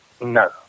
No